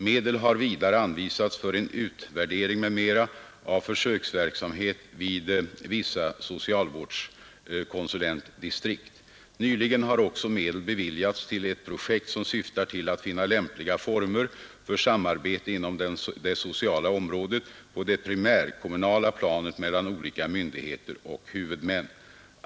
Medel har vidare anvisats för en utvärdering m.m. av försöksverksamhet vid vissa socialvårdskonsulentdistrikt. Nyligen har också medel beviljats till ett projekt, som syftar till att finna lämpliga former för samarbete inom det sociala området på det primärkommunala planet mellan olika myndigheter och huvudmän.